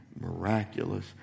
miraculous